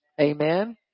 amen